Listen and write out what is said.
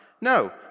No